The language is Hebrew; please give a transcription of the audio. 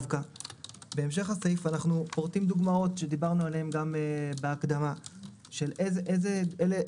בהמשך הסעיף אנו פורטים דוגמאות שדיברנו עליהם גם בהגדרה של אילו